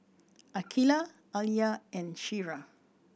Aqeelah Alya and Syirah